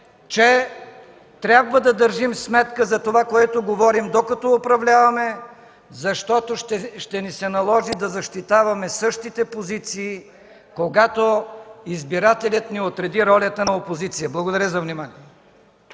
че трябва да държим сметка за това, което говорим, докато управляваме, защото ще ни се наложи да защитаваме същите позиции, когато избирателят ни отреди ролята на опозиция. Благодаря за вниманието.